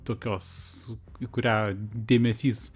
tokios į kurią dėmesys